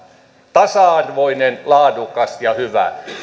tasa arvoinen laadukas ja hyvä